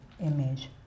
image